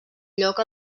lloc